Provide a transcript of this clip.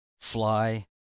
fly